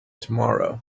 tomorrow